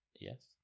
Yes